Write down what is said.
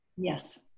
Yes